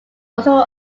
also